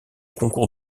concours